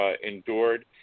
endured